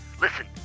listen